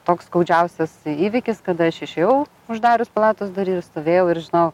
toks skaudžiausias įvykis kada aš išėjau uždarius palatos duris stovėjau ir žinau